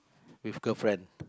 with girlfriend